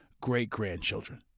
great-grandchildren